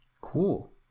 Cool